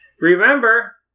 Remember